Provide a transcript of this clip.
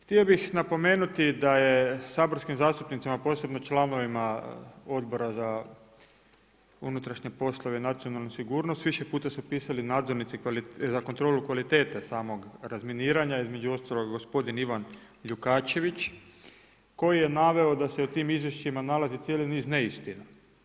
Htio bih napomenuti da je saborskim zastupnicima, posebno članovima Odbora za unutrašnje poslove i nacionalnu sigurnost, više puta su pisali nadzornici za kontrolu kvalitete samog razminiranja, između ostalog gospodin Ivan Ljukačević koji je naveo da se u tim izvješćima nalazi cijeli niz neistina.